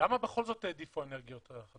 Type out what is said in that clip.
למה בכל זאת העדיפו את האנרגיות החדשות?